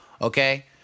okay